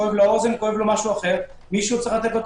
כואבת לו האוזן או משהו אחר מישהו צריך לתת לו את